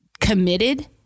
committed